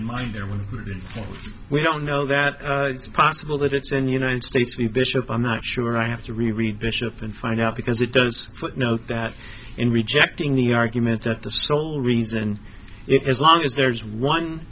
your mind there when we don't know that it's possible that it's in the united states we bishop i'm not sure i have to really read bishop and find out because it does footnote that in rejecting the argument that the sole reason as long as there's one